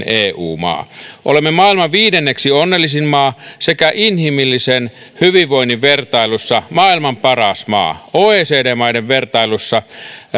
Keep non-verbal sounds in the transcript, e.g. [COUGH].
[UNINTELLIGIBLE] eu maa olemme maailman viidenneksi onnellisin maa sekä inhimillisen hyvinvoinnin vertailussa maailman paras maa oecd maiden vertailussa